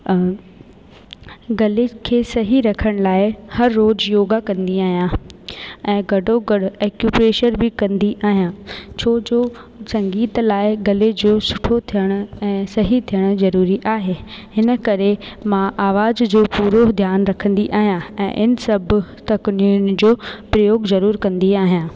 गले खे सही रखण लाइ हर रोज़ु योगा कंदी आहियां ऐं गॾो गॾु एक्यूप्रेशर बि कंदी आहियां छोजो संगीत लाइ गले जो सुठो थियणु ऐं सही थियणु ज़रूरी आहे हिन करे मां आवाज़ जो पूरो ध्यानु रखंदी आहियां ऐं इन सभु तकनियुनि जो प्रयोग ज़रूर कंदी आहियां